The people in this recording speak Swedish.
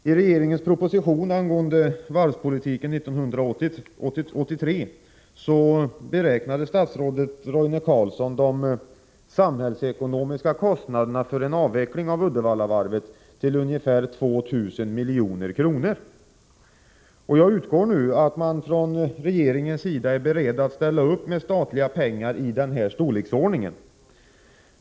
I regeringens proposition angående varvspolitiken 1983 beräknade statsrådet Roine Carlsson de samhällsekonomiska kostnaderna för en avveckling av Uddevallavarvet till ungefär 2 000 milj.kr. Jag utgår nu ifrån att man från regeringens sida är beredd att ställa upp med statliga pengar i den storleksordningen.